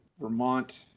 Vermont